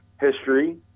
history